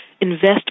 Invest